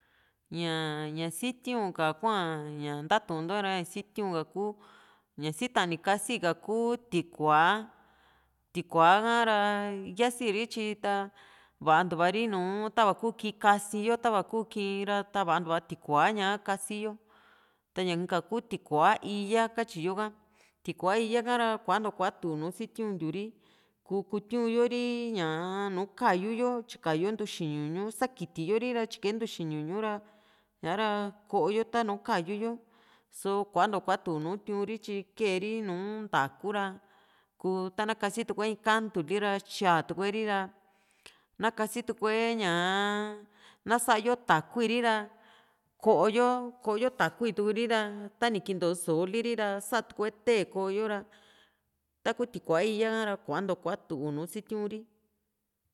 ña ñaa sitiu ka hua ña ntatunto ra ña situ ka kuu ña sitani kasi ka kuu tikuaa tikuaa ra yasiri tyi ta vantuari nùù tava i kuu kii´n kasi yo tava ii kuu kii´n ra vantua tikua ña kasiyo taña inka ku tikua íya katyi yo ka tikua íya ka´ra kuantua kuatu nu sitiuntiu ri ku kutiuyo ri ñaa nuu ka´yu yo tyikayo ntuxi ñuñu sakitiyo ri ra tyika yo ntuxi ñuñu ra sa´ra ko´o yo tanu ka´yu yo só kuantua kuatu nu tiun´ri tyi keeri nùù ntaa´ku ra kuu tana kasitukue kantuli ra tyaatuer´i ra na kasitue ñaa na sa´yo takui ri ra ko´o yo ko´o yo takui tuuri ra ta ni kinto sooliri ra satue té ko´o yo ra taku tiku´a íya ka´ra kuantu kuatu nu sitiuri